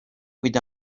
with